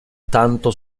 tanto